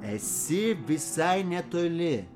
esi visai netoli